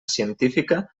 científica